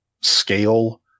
scale